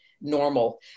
normal